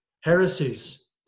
heresies